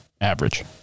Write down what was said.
Average